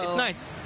nice.